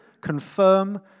confirm